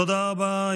תודה רבה.